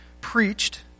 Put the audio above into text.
preached